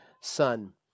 son